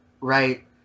Right